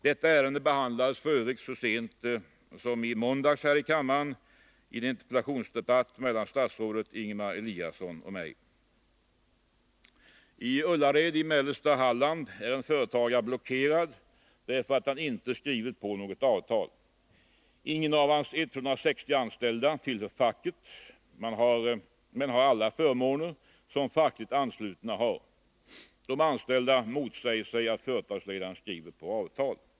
Detta ärende behandlades f. ö. så sent som i måndags här i kammaren i en interpellationsdebatt mellan statsrådet Ingemar Eliasson och mig. I Ullared i mellersta Halland är en företagare blockerad därför att han inte skrivit på något avtal. Ingen av hans 160 anställda tillhör facket, men de har alla förmåner som fackligt anslutna har. De anställda motsätter sig att företagsledaren skriver på avtal.